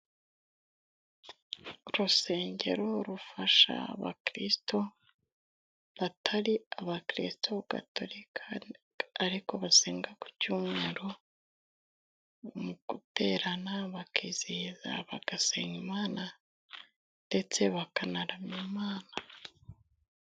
Urusengero rufasha abakristo batari abakristo gatolika, ariko basenga ku cyumweru mu guterana, bakizeza ,bagasenga Imana, ndetse bakanaramya Imana.